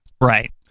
Right